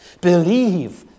Believe